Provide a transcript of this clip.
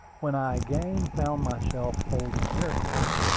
when i again found myself holding intercourse,